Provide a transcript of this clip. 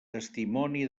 testimoni